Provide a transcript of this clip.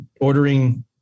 ordering